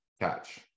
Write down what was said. catch